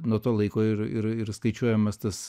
nuo to laiko ir ir ir skaičiuojamas tas